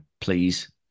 please